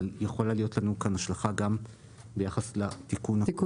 אבל יכולה להיות לנו גם השלכה ביחס לתיקון -- תיקון